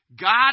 God